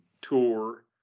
tour